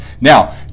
Now